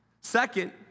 Second